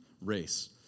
Race